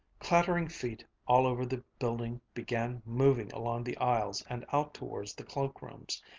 clattering feet all over the building began moving along the aisles and out towards the cloakrooms.